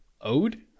ode